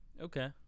okay